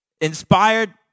Inspired